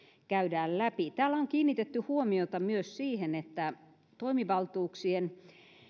käydään läpi täällä on kiinnitetty huomiota myös siihen että toimivaltuuksien